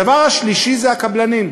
הדבר השלישי זה הקבלנים,